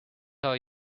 are